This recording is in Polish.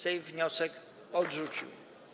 Sejm wniosek odrzucił.